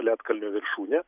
ledkalnio viršūnę